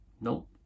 Nope